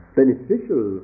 beneficial